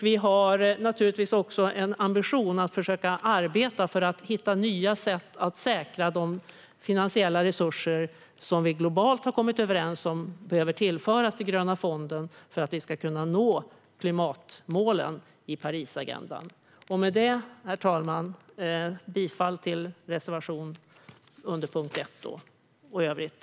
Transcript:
Vi har också en ambition att försöka arbeta för att hitta nya sätt att säkra de finansiella resurser som man globalt har kommit överens om behöver tillföras den gröna fonden för att vi ska kunna nå klimatmålen i Parisavtalet. Herr talman! Med det yrkar jag bifall till reservation 3 under punkt 1.